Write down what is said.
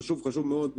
חשוב מאוד,